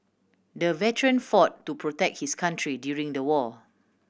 the veteran fought to protect his country during the war